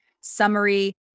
summary